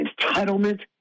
entitlement